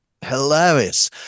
hilarious